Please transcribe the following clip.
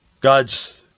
God's